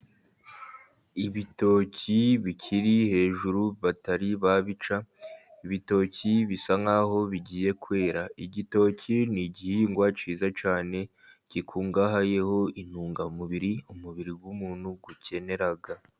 Ibitoki bikiri hejuru batari babica, ibitoki bisa nk'aho ibigiye kwera, igitoki ni igihingwa cyiza cyane gikungahayeho intungamubiri umubiri w'umuntu ukenera.